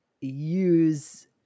use